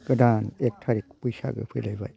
गोदान एक थारिख बैसागो फैलायबाय